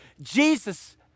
Jesus